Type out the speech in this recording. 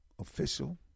official